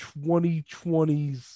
2020s